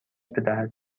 بدهد